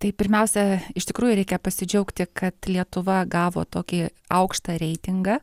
tai pirmiausia iš tikrųjų reikia pasidžiaugti kad lietuva gavo tokį aukštą reitingą